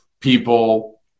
people